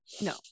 No